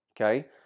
okay